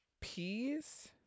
peas